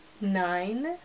nine